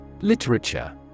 Literature